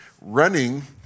running